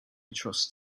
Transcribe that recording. trust